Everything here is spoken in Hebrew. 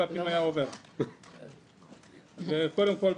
קודם כול,